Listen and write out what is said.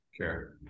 Sure